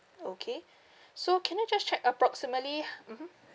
okay so can I just check approximately mmhmm